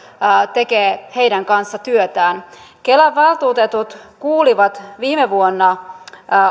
tekee heidän kanssaan työtään kelan valtuutetut kuulivat viime vuonna